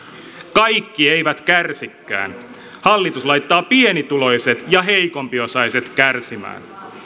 kaikki eivät kärsikään hallitus laittaa pienituloiset ja heikompiosaiset kärsimään